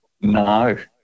No